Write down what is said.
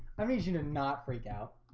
um means you to not freak out